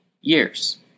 years